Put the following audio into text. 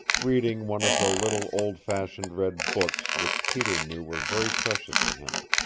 reading one of the little old-fashioned red books which peter knew were very precious to him.